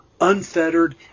unfettered